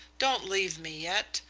don't leave me yet.